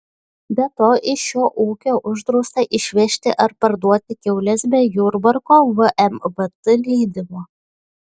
be to iš šio ūkio uždrausta išvežti ar parduoti kiaules be jurbarko vmvt leidimo